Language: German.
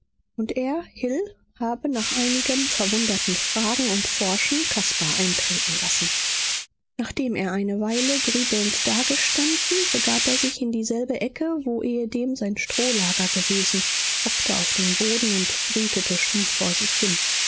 und er hill habe nach einigem verwunderten fragen und forschen caspar eintreten lassen nachdem er eine weile grübelnd dagestanden begab er sich in dieselbe ecke wo ehedem sein strohlager gewesen hockte auf den boden und brütete stumm vor sich hin